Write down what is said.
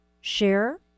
Share